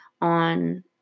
on